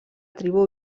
tribu